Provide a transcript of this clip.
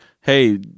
Hey